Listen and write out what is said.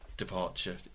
Departure